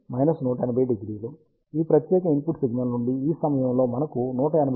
ఈ ప్రత్యేక input signal నుండి ఈ సమయంలో మనకు 180° ఫేజ్ చేంజ్ ఉంది